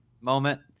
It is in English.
moment